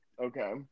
Okay